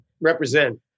represent